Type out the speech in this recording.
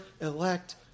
elect